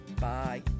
Bye